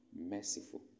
merciful